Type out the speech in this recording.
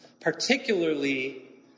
particularly